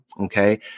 Okay